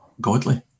godly